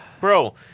Bro